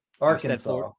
Arkansas